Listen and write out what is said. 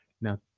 Now